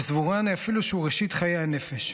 וסבורני אפילו שהוא ראשית חיי הנפש: